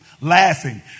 laughing